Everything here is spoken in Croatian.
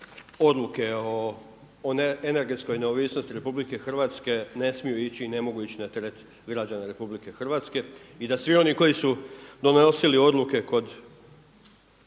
odluke o energetskoj neovisnosti RH ne smiju ići i ne mogu ići na teret građana RH i da svi oni koji su donosili odluke kod